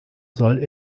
soll